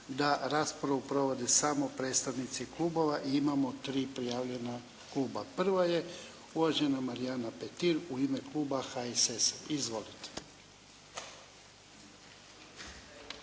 da raspravu provode samo predstavnici klubova i imamo tri prijavljena kluba. Prva je uvažena Marijana Petir u ime kluba HSS-a. Izvolite.